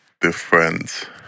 different